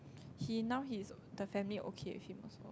he now his the family okay with him also